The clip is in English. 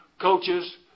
coaches